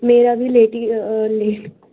میرا بھی لیٹ ہی لیٹ